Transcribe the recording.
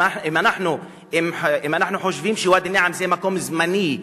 שאם אנחנו חושבים שוואדי-אל-נעם זה מקום זמני,